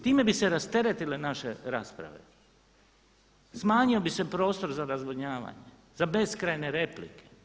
Time bi se rasteretile naše rasprave, smanjio bi se prostor za razvodnjavanje, za beskrajne replike.